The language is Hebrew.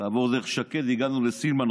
דרך שקד, והגענו לסילמן.